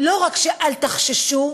לא רק שאל תחששו,